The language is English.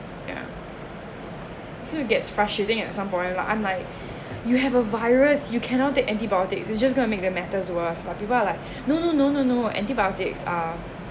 yeah so it gets frustrating at some point lah I'm like you have a virus you cannot take antibiotics it just gonna make the matters worse but people are like no no no no no antibiotics are